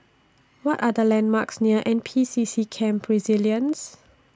What Are The landmarks near N P C C Camp Resilience